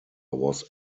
was